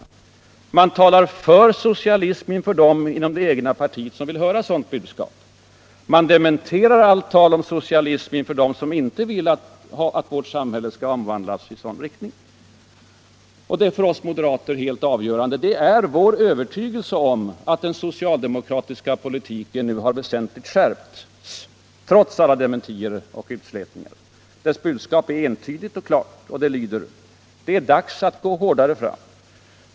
Man talar för socialism inför dem inom det egna partiet som vill höra sådant budskap. Man dementerar allt tal om socialism inför dem som inte vill ha vårt samhälle omvandlat i sådan riktning. Det för oss moderater helt avgörande är vår övertygelse om att den socialdemokratiska politiken nu har väsentligt skärpts, trots alla dementier och utslätningar. Dess budskap är entydigt och klart. Det lyder: Det är dags att gå hårdare fram.